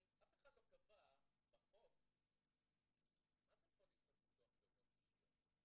אף אחד לא קבע בחוק מה זה פוליסת ביטוח תאונות אישיות,